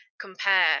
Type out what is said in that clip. compare